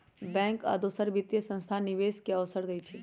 bank आ दोसर वित्तीय संस्थान निवेश करे के अवसर देई छई